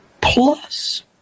plus